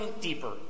deeper